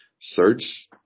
search